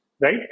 Right